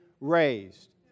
raised